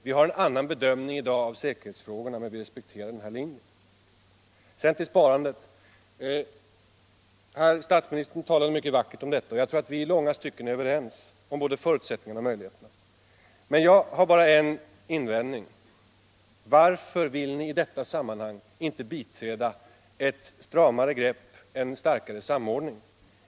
Vi har en annan bedömning i dag av säkerhetsfrågorna, men vi respekterar centerns linje. Statsministern talade mycket vackert om sparandet. Jag tror att vi i långa stycken är överens om både förutsättningarna och möjligheterna. Jag har bara en invändning: Varför vill ni i detta sammanhang icke biträda ett stramare grepp, en starkare samordning?